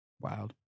Wild